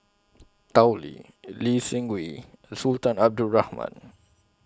Tao Li Lee Seng Wee and Sultan Abdul Rahman